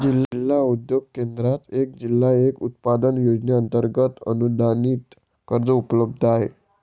जिल्हा उद्योग केंद्रात एक जिल्हा एक उत्पादन योजनेअंतर्गत अनुदानित कर्ज उपलब्ध आहे